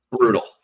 Brutal